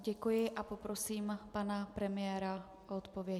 Děkuji a poprosím pana premiéra o odpověď.